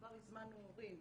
כבר הזמנו הורים.